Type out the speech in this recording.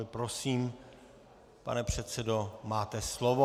Prosím, pane předsedo, máte slovo.